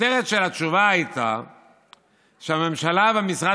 הכותרת של התשובה הייתה שהממשלה ומשרד